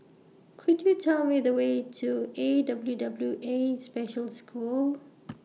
Could YOU Tell Me The Way to A W W A Special School